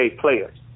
players